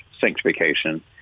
sanctification